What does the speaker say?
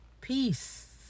Peace